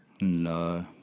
No